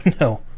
no